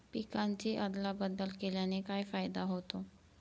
पिकांची अदला बदल केल्याने काय फायदा होतो?